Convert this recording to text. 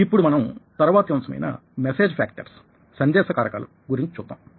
ఇప్పుడు మనం తరువాయి అంశమైన మెసేజ్ ఫ్యాక్టర్స్ సందేశ కారకాలు గురించి చూద్దాం